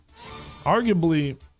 arguably